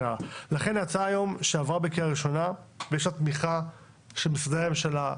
הצעת החוק שעברה בקריאה הראשונה יש לה תמיכה של משרדי הממשלה,